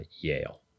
Yale